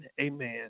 amen